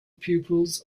pupils